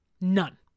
None